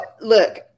Look